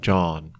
John